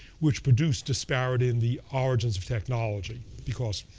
which produced disparity in the origins of technology, because